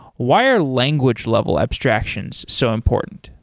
why are language level abstractions so important?